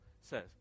says